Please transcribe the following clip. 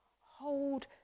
Hold